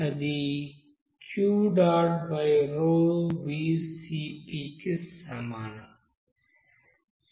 అది కి సమానం